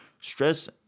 stress